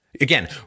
again